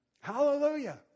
Hallelujah